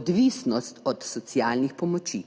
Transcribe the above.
odvisnost od socialnih pomoči,